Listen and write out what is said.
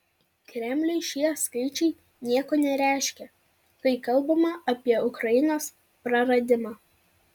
kremliui šie skaičiai nieko nereiškia kai kalbama apie ukrainos praradimą